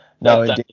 no